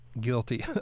guilty